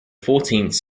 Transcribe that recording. fourteenth